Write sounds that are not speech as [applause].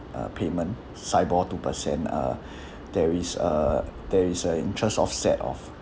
uh payment sibor two percent uh [breath] there is err there is a interest offset of